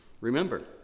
Remember